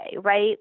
right